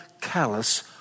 callous